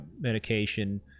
medication